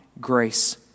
grace